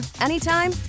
anytime